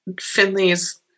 Finley's